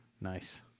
Nice